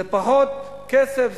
זה פחות כסף,